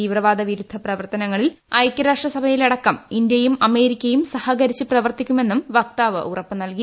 തീവ്രവാദ വിരുദ്ധ പ്രവർത്തനങ്ങളിൽ ഐകൃരാഷ്ട്രസഭയിലടക്കം ഇന്ത്യയും അമേരിക്കയും സഹകരിച്ച് പ്രവർത്തിക്കുമെന്നും വക്താവ് ഉറപ്പ് നൽകി